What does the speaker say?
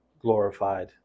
glorified